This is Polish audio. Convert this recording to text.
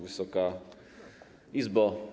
Wysoka Izbo!